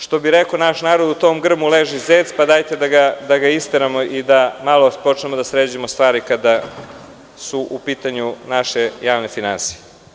Što bi rekao naš narod,u tom grmu leži zec, pa dajte da ga isteramo i da počnemo da sređujemo stvari kada su u pitanju naše javne finansije.